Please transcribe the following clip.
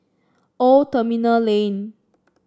Old Terminal Lane